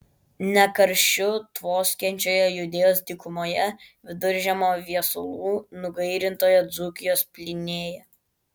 ne karščiu tvoskiančioje judėjos dykumoje viduržiemio viesulų nugairintoje dzūkijos plynėje